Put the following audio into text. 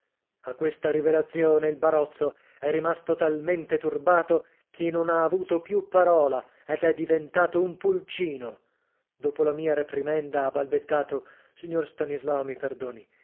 a questa rivelazione il barozzo è rimasto talmente turbato che non ha avuto più parola ed è diventato un pulcino dopo la mia reprimenda ha balbettato signor stanislao mi perdoni